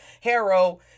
Harrow